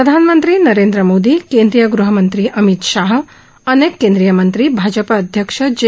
प्रधानमंत्री नरेंद्र मोदी केंद्रीय गृहमंत्री अमित शहा अनेक केंद्रीय मंत्री भाजप अध्यक्ष जे